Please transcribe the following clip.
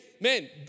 man